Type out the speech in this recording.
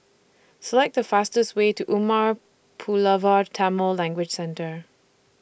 Select The fastest Way to Umar Pulavar Tamil Language Centre